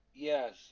Yes